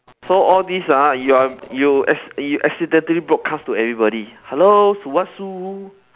so all these ah you are you ac~ you accidentally broadcast to everybody hello sulwhasoo